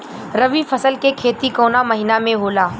रवि फसल के खेती कवना महीना में होला?